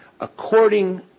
According